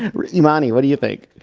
ramani, what do you think?